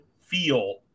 feel